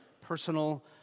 personal